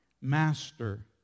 Master